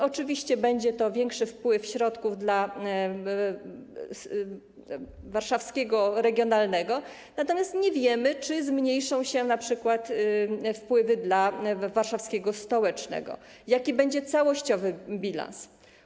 Oczywiście będzie to większy wpływ środków dla warszawskiego regionalnego, natomiast nie wiemy, czy zmniejszą się np. wpływy dla warszawskiego stołecznego, jaki będzie całościowy bilans.